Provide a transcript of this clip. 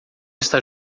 está